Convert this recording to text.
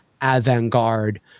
avant-garde